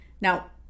now